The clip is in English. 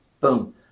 Boom